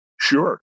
Sure